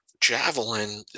Javelin